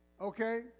okay